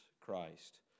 Christ